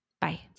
bye